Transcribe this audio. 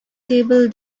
table